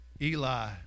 Eli